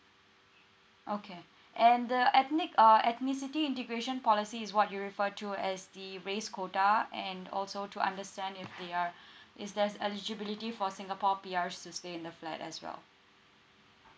okay and the ethnic uh ethnicity integration policy is what you refer to as the race quota and also to understand if they are is there's eligibility for singapore P_Rs to stay in the flat as well